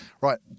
Right